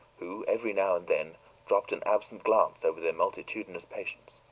who every now and then dropped an absent glance over their multitudinous patience.